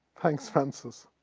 thanks frances.